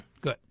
good